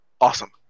awesome